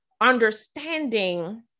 understanding